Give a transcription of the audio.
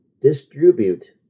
distribute